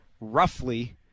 roughly